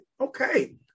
okay